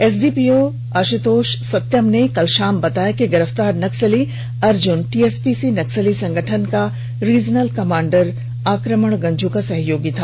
SDPO Ashutosh Satyam ने कल शाम बताया कि गिरफ्तार नक्सली अर्जुन टीएसपीसी नक्सली संगठन के रिजनल कमांडर आक्रमण गंझू का सहयोगी था